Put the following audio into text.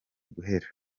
guhera